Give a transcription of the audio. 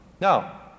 Now